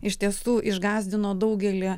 iš tiesų išgąsdino daugelį